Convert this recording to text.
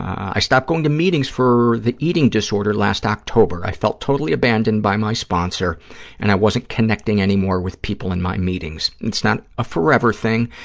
i stopped going to meetings for the eating disorder last october. i felt totally abandoned by my sponsor and i wasn't connecting anymore with people in my meetings. it's not a forever thing,